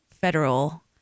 federal